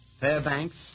Fairbanks